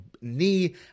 knee